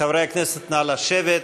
חברי הכנסת, נא לשבת.